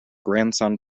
grandson